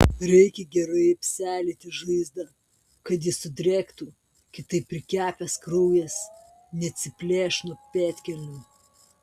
reikia gerai apseilėti žaizdą kad ji sudrėktų kitaip prikepęs kraujas neatsiplėš nuo pėdkelnių